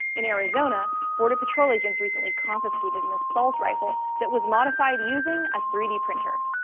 in arizona, border patrol agents recently confiscated an assault rifle that was modified using a three d printer.